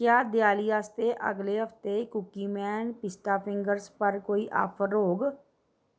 क्या देआली आस्तै अगले हफ्तै कुकीमैन पिस्ता फिंगर्स पर कोई ऑफर औग